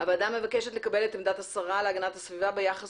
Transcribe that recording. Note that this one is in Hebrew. הוועדה מבקשת לקבל את עמדת השרה להגנת הסביבה ביחס